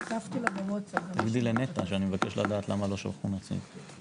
תגידי לנטע שאני מבקש לדעת למה לא שלחו נציג.